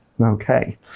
Okay